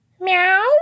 Meow